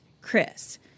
Chris